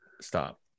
Stop